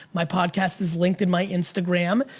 my podcast is linked in my instagram.